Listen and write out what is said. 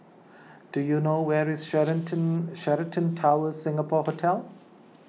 do you know where is Sheraton Sheraton Towers Singapore Hotel